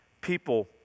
people